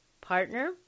partner